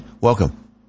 welcome